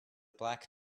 black